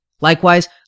Likewise